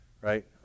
Right